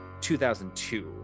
2002